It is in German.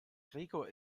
gregor